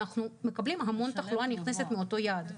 אנחנו מקבלים המון תחלואה נכנסת מאותו יעד.